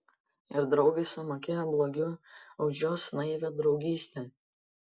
ir draugė sumokėjo blogiu už jos naivią draugystę